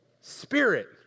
spirit